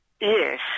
Yes